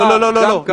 לא, לא, לא.